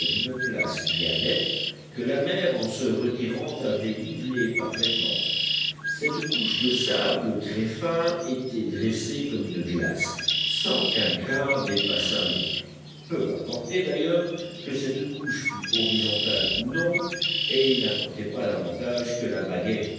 une place bien nette que la mer en se retirant avait nivelée parfaitement cette couche de sable très fin était dressée comme une glace sans qu'un grain dépassât l'autre peu importait d'ailleurs que cette couche fût horizontale ou non et il n'importait pas davantage que la baguette